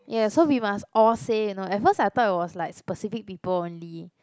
yes so we must all say you know at first I thought it was like specific people only